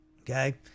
okay